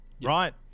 Right